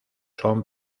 son